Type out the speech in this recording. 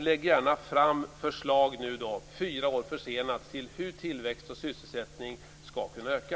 Lägg gärna fram förslag, fyra år försenat, till hur tillväxt och sysselsättning skall kunna öka.